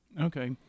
Okay